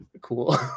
cool